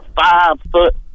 five-foot